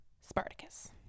Spartacus